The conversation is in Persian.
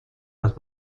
است